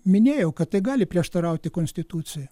minėjau kad tai gali prieštarauti konstitucijai